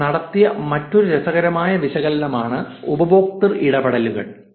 അവർ നടത്തിയ മറ്റൊരു രസകരമായ വിശകലനമാണ് ഉപയോക്തൃ ഇടപെടലുകൾ